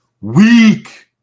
Weak